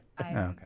okay